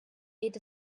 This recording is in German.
geht